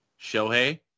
Shohei